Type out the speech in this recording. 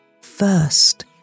First